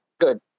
Good